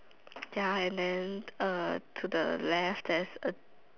ya and then uh to the left there's a